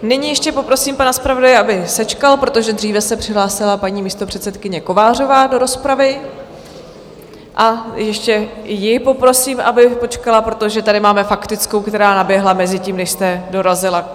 Nyní ještě poprosím pana zpravodaje, aby sečkal, protože dříve se přihlásila paní místopředsedkyně Kovářová do rozpravy, a ještě i ji poprosím, aby počkala, protože tady máme faktickou, která naběhla mezitím, než jste dorazila.